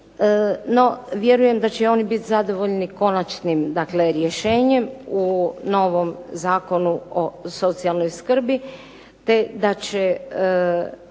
No, vjerujem da će oni biti zadovoljni konačnim, dakle rješenjem u novom Zakonu o socijalnoj skrbi, te da će